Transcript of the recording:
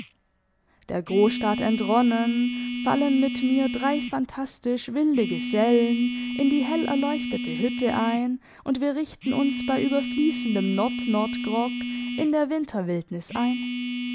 der grossstadt entronnen fallen mit mir drei phantastisch wilde gesellen in die hellerleuchtete hütte ein und wir richten uns bei überfliessendem nord nordgrog in der winterwildnis ein